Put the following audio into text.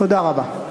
תודה רבה.